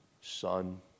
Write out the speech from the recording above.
son